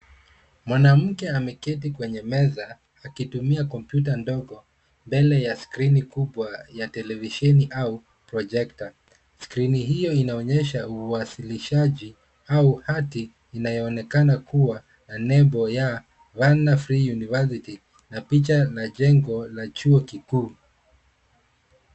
Mwanamke ameketi kwenye meza akitumia kompyuta ndogo mbele ya skrini kubwa ya televisheni au projector . Skrini hio inaonyesha uwasilishaji au hati inayoonekana kuwa na nembo ya One Free University na picha la jengo la chuo kikuu.